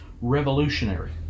revolutionary